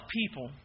people